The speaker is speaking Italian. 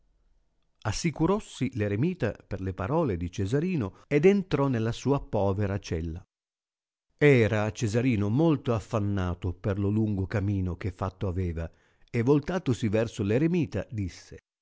sicuro si l eremita per le parole di cesarino ed entrò nella sua povera cella era cesarino molto affannato per lo lungo camino che fatto aveva e voltatosi verso l eremita disse